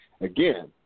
Again